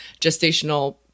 gestational